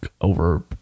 over